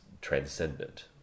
transcendent